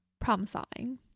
problem-solving